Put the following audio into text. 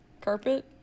carpet